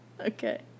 Okay